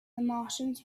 martians